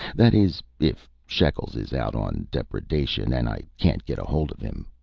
that is, if shekels is out on depredation and i can't get hold of him.